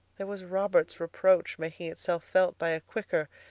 there was robert's reproach making itself felt by a quicker,